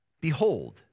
Behold